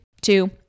two